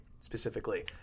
specifically